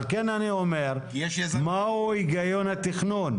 על כן אני שואל מהו הגיון התכנון.